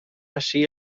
ací